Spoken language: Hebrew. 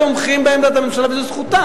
ותומכים בעמדת הממשלה, וזאת זכותם.